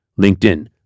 LinkedIn